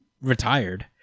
retired